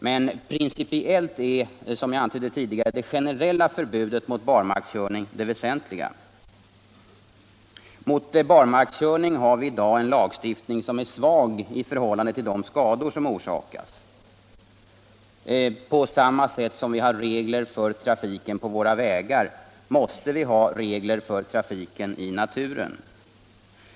Men principiellt är — som jag antydde tidigare — det generella förbudet mot barmarkskörning det väsentliga. Mot barmarkskörning har vi i dag en lagstiftning som är svag i förhållande till de skador som orsakas. På samma sätt som vi har regler för trafiken på våra vägar måste vi ha regler för trafiken i naturen.